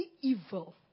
evil